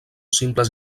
simples